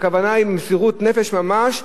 הכוונה היא מסירות נפש ממש,